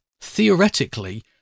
Theoretically